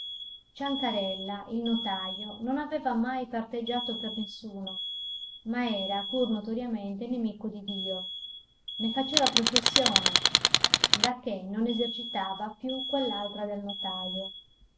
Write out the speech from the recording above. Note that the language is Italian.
tutti ciancarella il notajo non aveva mai parteggiato per nessuno ma era pur notoriamente nemico di dio ne faceva professione dacché non esercitava più quell'altra del notajo